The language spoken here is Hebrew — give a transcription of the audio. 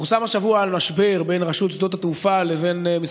פורסם השבוע על משבר בין רשות שדות